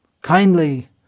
kindly